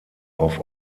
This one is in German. auf